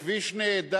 זה כביש נהדר.